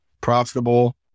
profitable